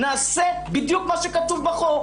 נעשה בדיוק מה שכתוב בחוק.